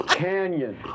canyon